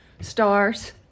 stars